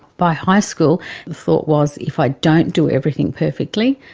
by high school the thought was if i don't do everything perfectly,